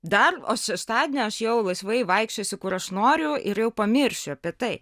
dar o šeštadienį aš jau laisvai vaikščiosiu kur aš noriu ir jau pamiršiu apie tai